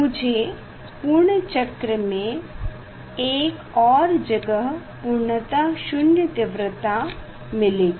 मुझे पूर्ण चक्र में एक और जगह पूर्णतः शून्य तीव्रता मिलेगी